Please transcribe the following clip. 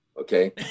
Okay